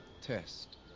test